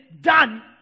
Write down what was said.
done